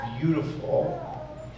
beautiful